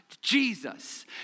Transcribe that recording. Jesus